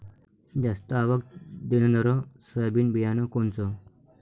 जास्त आवक देणनरं सोयाबीन बियानं कोनचं?